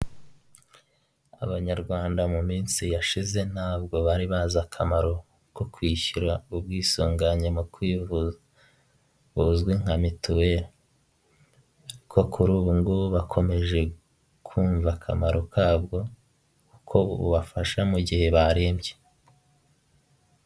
Gereza ya Nyarusenge ahafungirwa abagore bemejwe ibyaha bakoze, byemewe n'amategeko aho bajyamo bagafungirwamo, bagakorera ibihano byabo, bagasohokamo ibihano byabo birangiye.